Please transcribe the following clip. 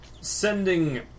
sending